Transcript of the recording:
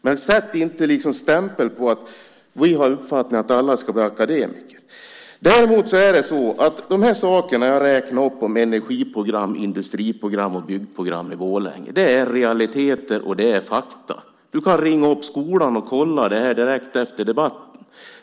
Men sätt inte stämpeln på oss att vi har uppfattningen att alla ska bli akademiker! De saker jag räknade upp om energiprogram, industriprogram och byggprogram i Borlänge är realiteter och fakta. Du kan ringa upp skolan och kolla direkt efter debatten.